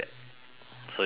so it's the same